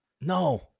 No